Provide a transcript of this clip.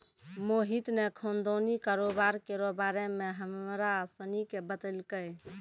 मोहित ने खानदानी कारोबार केरो बारे मे हमरा सनी के बतैलकै